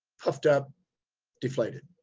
puffed up deflated.